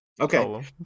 Okay